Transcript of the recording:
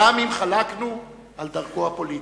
גם אם חלקנו על דרכו הפוליטית.